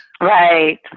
right